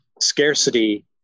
scarcity